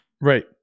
right